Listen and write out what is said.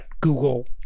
Google